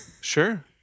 Sure